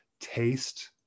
taste